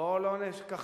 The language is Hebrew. בואו לא נכחד.